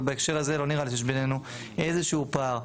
ובהקשר הזה לא נראה לי שיש בינינו איזה שהוא פער.